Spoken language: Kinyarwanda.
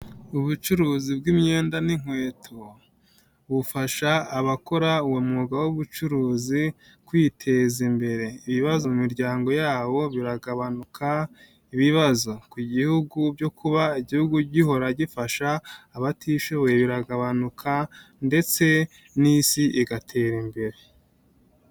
Ubucuruzi bw'imyenda n'inkweto bufasha abakora uwo mwuga w'ubucuruzi kwiteza imbere. Ibibazo mu miryango yabo biragabanuka, ibibazo ku gihugu byo kuba igihugu gihora gifasha abatishoboye biragabanuka, ndetse n'isi igatera imbere.